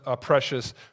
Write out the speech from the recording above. precious